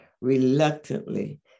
Reluctantly